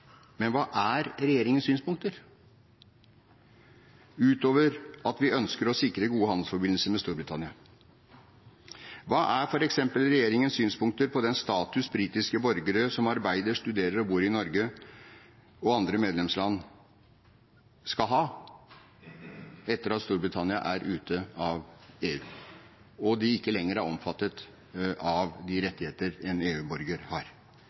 Men hva er regjeringens synspunkter, utover at vi ønsker å sikre gode handelsforbindelser med Storbritannia? Hva er f.eks. regjeringens synspunkter på den status britiske borgere som arbeider, studerer og bor i Norge og andre medlemsland, skal ha etter at Storbritannia er ute av EU, og de ikke lenger er omfattet av de rettigheter en EU-borger har?